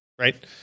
right